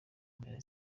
mpera